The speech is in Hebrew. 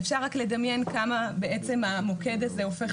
אפשר רק לדמיין כמה בעצם המוקד הזה הופך